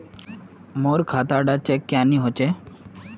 मोर खाता डा चेक क्यानी होचए?